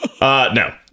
No